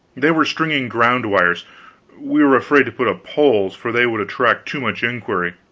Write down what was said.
they were stringing ground wires we were afraid to put up poles, for they would attract too much inquiry.